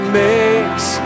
makes